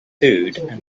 food